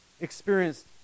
experienced